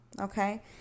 okay